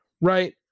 right